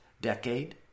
decade